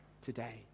today